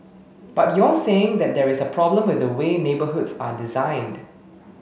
but you're saying that there is a problem with the way neighbourhoods are designed